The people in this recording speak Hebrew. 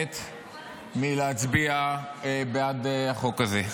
השתמט מלהצביע בעד החוק הזה.